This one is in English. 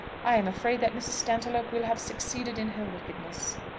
i am afraid that mrs. stantiloup will have succeeded in her wickedness.